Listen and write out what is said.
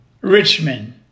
Richmond